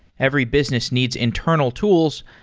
every business needs internal tools,